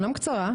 אומנם קצרה,